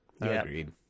Agreed